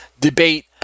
debate